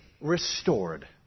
restored